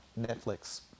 Netflix